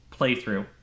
playthrough